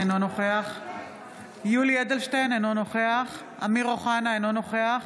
אינו נוכח יולי יואל אדלשטיין, אינו נוכח